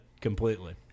completely